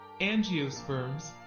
Angiosperms